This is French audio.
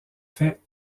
fait